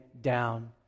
down